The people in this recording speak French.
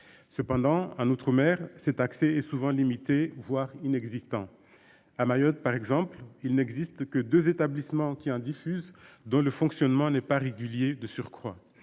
Cependant, un outre-mer cet accès est souvent limité, voire inexistant. À Mayotte, par exemple, il n'existe que deux Établissements qui hein diffuse dont le fonctionnement n'est pas régulier de surcroît.